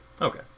okay